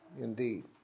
indeed